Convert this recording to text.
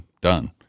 done